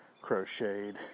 crocheted